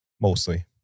mostly